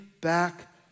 back